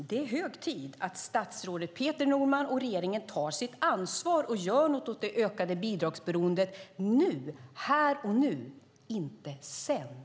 Det är hög tid att statsrådet Peter Norman och regeringen tar sitt ansvar och gör något åt det ökade bidragsberoendet nu - här och nu, inte sedan.